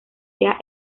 sea